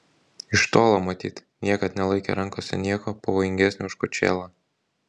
iš tolo matyt niekad nelaikė rankose nieko pavojingesnio už kočėlą